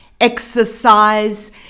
Exercise